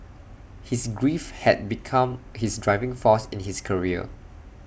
his grief had become his driving force in his career